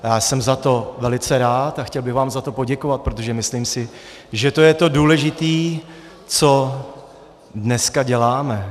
Já jsem za to velice rád a chtěl bych vám za to poděkovat, protože si myslím, že to je to důležité, co dneska děláme.